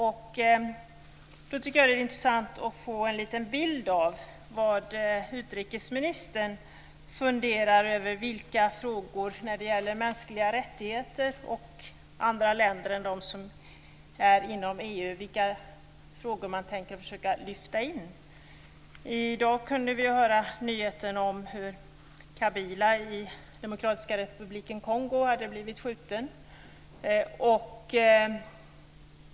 Då tycker jag att det är intressant att få en liten bild av vilka frågor som utrikesministern funderar över att lyfta in när det gäller mänskliga rättigheter i andra länder än EU-länderna. I dag kunde vi höra nyheten om hur Kabila i Demokratiska republiken Kongo har blivit skjuten.